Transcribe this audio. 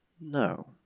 No